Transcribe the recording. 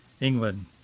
England